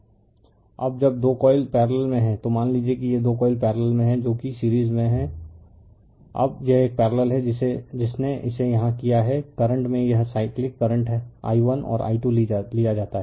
refer slide time 3118 अब जब 2 coil parallel में हैं तो मान लीजिए कि ये 2 कॉइल पैरेलल में हैं जो कि सीरीज है अब यह एक पैरेलल है जिसने इसे यहां किया है करंट में यह साइक्लिक करंट i1 और i2 ली जाती है